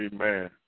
Amen